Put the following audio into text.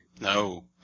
No